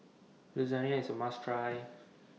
Lasagna IS A must Try